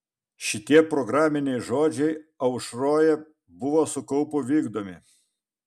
šitie programiniai žodžiai aušroje buvo su kaupu vykdomi